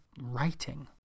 writing